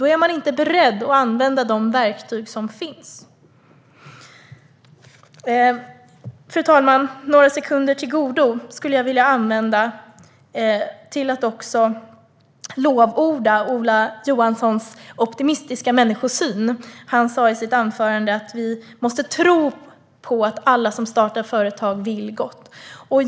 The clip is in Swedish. Då är man inte beredd att använda de verktyg som finns. Fru talman! Jag vill lovorda Ola Johanssons optimistiska människosyn. Han sa i sitt anförande att vi måste tro på att alla som startar företag vill gott.